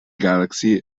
galaxy